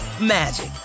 magic